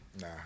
Nah